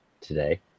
today